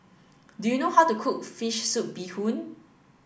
do you know how to cook fish soup bee hoon